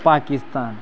Pakistan